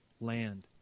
land